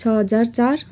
छ हजार चार